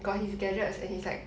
got his gadgets and he's like